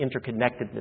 interconnectedness